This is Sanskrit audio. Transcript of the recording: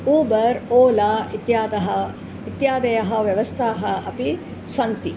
ऊबर् ओला इत्यादयः इत्यादयः व्यवस्थाः अपि सन्ति